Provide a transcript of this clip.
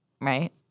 Right